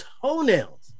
toenails